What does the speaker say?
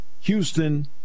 Houston